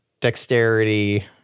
Dexterity